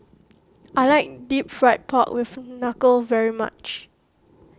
I like Deep Fried Pork with Knuckle very much